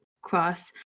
cross